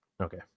Okay